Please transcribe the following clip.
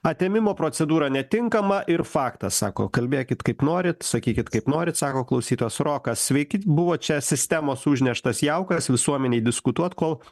atėmimo procedūra netinkama ir faktas sako kalbėkit kaip norit sakykit kaip norit sako klausytojas rokas sveiki buvo čia sistemos užneštas jaukas visuomenei diskutuot kol